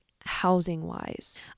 housing-wise